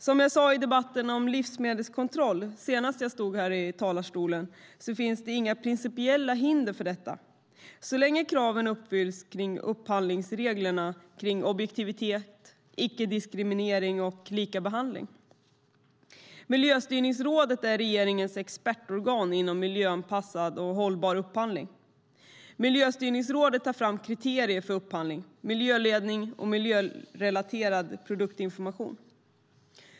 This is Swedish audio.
Som jag sade i debatten om livsmedelskontroll senast jag stod här i talarstolen finns det inga principiella hinder för detta så länge kraven på upphandlingsreglerna för objektivitet, icke-diskriminering och likabehandling uppfylls. Miljöstyrningsrådet är regeringens expertorgan inom miljöanpassad och hållbar upphandling. Miljöstyrningsrådet tar fram kriterier för upphandling: miljöledning och miljörelaterad produktinformation.